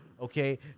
Okay